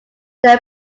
they